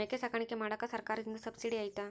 ಮೇಕೆ ಸಾಕಾಣಿಕೆ ಮಾಡಾಕ ಸರ್ಕಾರದಿಂದ ಸಬ್ಸಿಡಿ ಐತಾ?